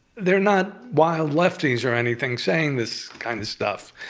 they're not wild lefties or anything, saying this kind of stuff.